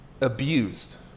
abused